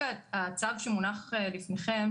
שהצו שמונח בפניכם,